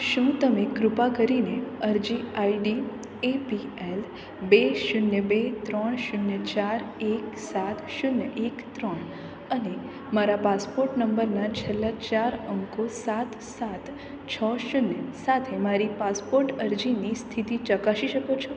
શું તમે કૃપા કરીને અરજી આઈડી એ પી એલ બે શૂન્ય બે ત્રણ શૂન્ય ચાર એક સાત શૂન્ય એક ત્રણ અને મારા પાસપોટ નંબરના છેલ્લા ચાર અંકો સાત સાત છ શૂન્ય સાથે મારી પાસપોટ અરજીની સ્થિતિ ચકાસી શકો છો